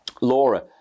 Laura